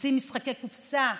מוציאים משחקי קופסה,